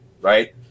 right